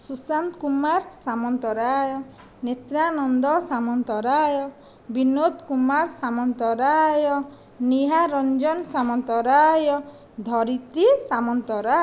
Sushant Kumar Samantaray Nityananda Samantaray Binod Kumar Samantaray Nihar Ranjan Samantaray Dharitri Samantaray